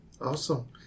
Awesome